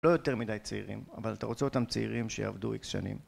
לא יותר מדי צעירים, אבל אתה רוצה אותם צעירים שיעבדו איקס שנים.